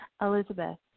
Elizabeth